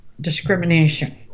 discrimination